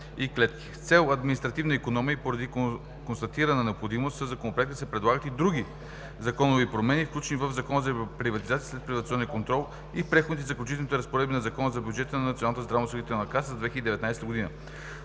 цел административна икономия и поради констатирана необходимост със Законопроекта се предлагат и други законови промени, включително в Закона за приватизация и следприватизационен контрол и в Преходните и заключителните разпоредби на Закона за бюджета на Националната